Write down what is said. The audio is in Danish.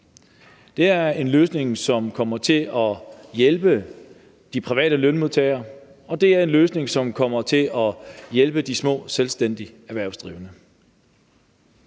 Det er en løsning, som kommer til at hjælpe de private lønmodtagere, og det er en løsning, som kommer til at hjælpe de små selvstændige erhvervsdrivende.